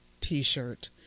t-shirt